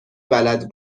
بلد